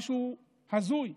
משהו הזוי.